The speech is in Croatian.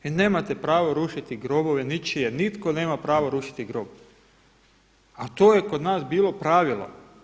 Vi nemate pravo rušiti grobove ničije, nitko nema pravo rušiti grob, a to je kod nas bilo pravilo.